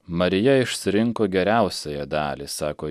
marija išsirinko geriausiąją dalį sako